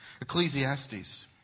Ecclesiastes